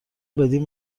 بدین